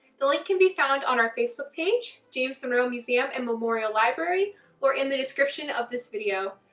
the link can be found on our facebook page, james monroe museum and memorial library or in the description of this video.